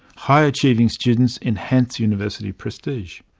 high-achieving students enhance university prestige.